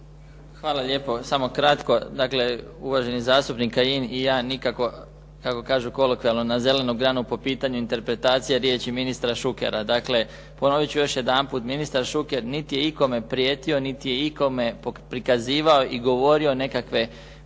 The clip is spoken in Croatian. Hvala lijepo, samo kratko. Dakle, uvaženi zastupnik Kajin i ja nikako, kako kažu, kolokvijalno "na zelenu granu", po pitanju interpretacije riječi ministra Šukera. Dakle, ponoviti ću još jedanput, ministar Šuker niti je ikome prijetio, niti je ikome prikazivao i govorio nekakve